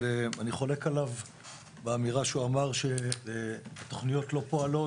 אבל אני חולק על האמירה שלו שהתוכניות לא פועלות